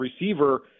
receiver